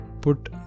put